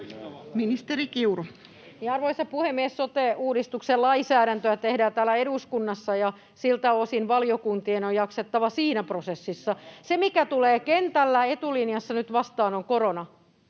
Arvoisa puhemies! Sote-uudistuksen lainsäädäntöä tehdään täällä eduskunnassa, ja siltä osin valiokuntien on jaksettava siinä prosessissa. Se, mikä tulee kentällä etulinjassa nyt vastaan, on korona,